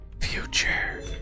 future